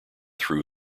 threw